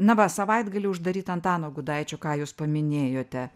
na va savaitgalį uždaryta antano gudaičio ką jūs paminėjote